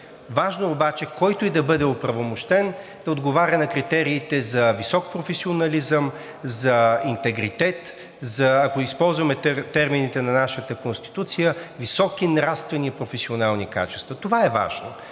Важно е обаче, който и да бъде оправомощен, да отговаря на критериите за висок професионализъм, за интегритет, ако използваме термините на нашата Конституция – „високи нравствени и професионални качества“, това е важно.